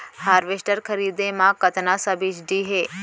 Harvester खरीदे म कतना सब्सिडी हे?